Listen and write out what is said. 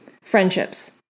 Friendships